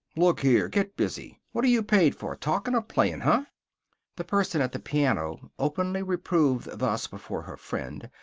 look here! get busy! what are you paid for? talkin' or playin'? huh? the person at the piano, openly reproved thus before her friend,